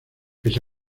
pese